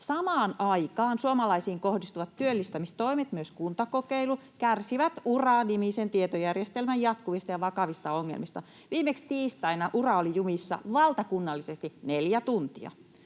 Samaan aikaan suomalaisiin kohdistuvat työllistämistoimet, myös kuntakokeilu, kärsivät Ura-nimisen tietojärjestelmän jatkuvista ja vakavista ongelmista. Viimeksi tiistaina Ura oli jumissa valtakunnallisesti neljä tuntia.